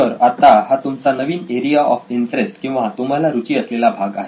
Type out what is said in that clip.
तर हा आत्ता तुमचा नवीन एरिया ऑफ इंटरेस्ट किंवा तुम्हाला रुची असलेला भाग आहे